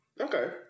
Okay